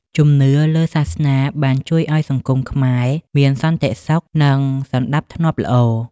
ជំនឿលើសាសនាបានជួយឱ្យសង្គមខ្មែរមានសន្តិសុខ និងសណ្តាប់ធ្នាប់ល្អ។